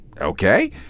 Okay